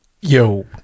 yo